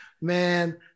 man